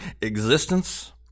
existence